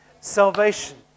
Salvation